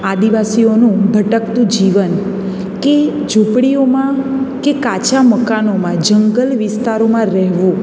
આદિવાસીઓનું ભટકતું જીવન કે ઝૂંપડીઓમાં કે કાચા મકાનોમાં જંગલ વિસ્તારોમાં રહેવું